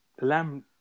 lamb